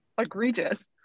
egregious